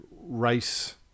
race